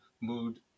mood